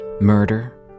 Murder